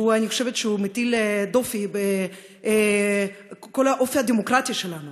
ואני חושבת שהוא מטיל דופי בכל האופי הדמוקרטי שלנו